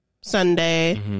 Sunday